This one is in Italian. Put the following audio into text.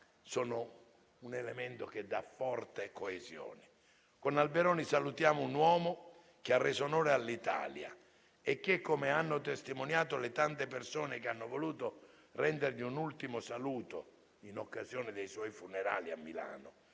sono un elemento che dà forte coesione. Con Alberoni salutiamo un uomo che ha reso onore all'Italia e che, come hanno testimoniato le tante persone che hanno voluto rendergli un ultimo saluto in occasione dei suoi funerali a Milano,